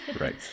Right